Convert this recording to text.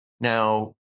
Now